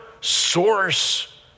source